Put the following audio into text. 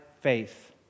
faith